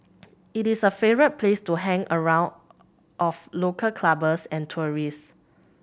it is a favourite place to hang around of local clubbers and tourists